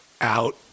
out